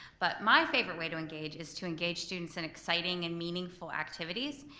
but my favorite way to engage is to engage students in exciting and meaningful activities.